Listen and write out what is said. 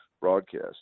broadcast